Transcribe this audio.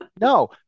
No